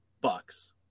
Bucks